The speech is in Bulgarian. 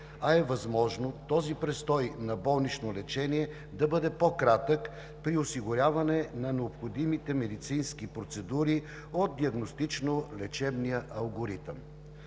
а е възможно този престой на болнично лечение да бъде по-кратък, при осигуряване на необходимите медицински процедури от диагностично-лечебния алгоритъм.